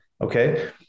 Okay